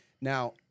now